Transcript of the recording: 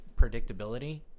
predictability